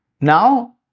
Now